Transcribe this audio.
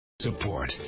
Support